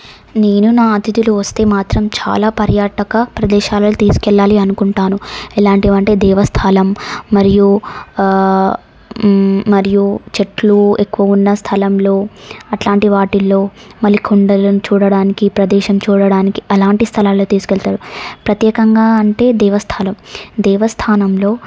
నేను నా అతిథులు వస్తే మాత్రం చాలా పర్యాటక ప్రదేశాలు తీసుకెళ్ళాలి అనుకుంటాను ఎలాంటివి అంటే దేవస్థలం మరియు మరియు చెట్లు ఎక్కువగా ఉన్న స్థలంలో అట్లాంటి వాటిల్లో మళ్ళీ కొండలను చూడటానికి ప్రదేశం చూడటానికి అలాంటి స్థలాల్లో తీసుకెళతారు ప్రత్యేకంగా అంటే దేవస్థలం దేవస్థానంలో